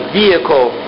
vehicle